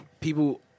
people